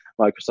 microsoft